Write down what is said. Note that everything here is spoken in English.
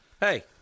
Hey